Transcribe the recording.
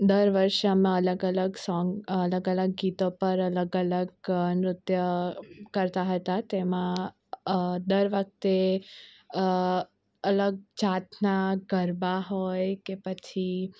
દર વર્ષે અમે અલગ અલગ સોંગ અલગ અલગ ગીતો પર અલગ અલગ નૃત્ય કરતા હતા તેમા દર વખતે અલગ જાતના ગરબા હોય કે પછી